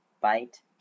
bite